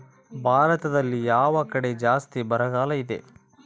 ಭಾರತದಲ್ಲಿ ಯಾವ ಕಡೆ ಜಾಸ್ತಿ ಬರಗಾಲ ಇದೆ?